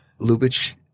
Lubitsch